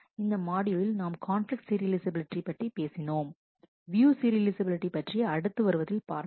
இந்த மாட்யூலில் நாம் கான்பிலிக்ட் சீரியலைஃசபிலிட்டி பற்றி பேசினோம் வியூ சீரியலைஃசபிலிட்டி பற்றி அடுத்து வருவதில் பார்ப்போம்